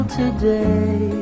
today